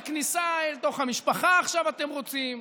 וכניסה אל תוך המשפחה עכשיו אתם רוצים.